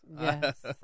Yes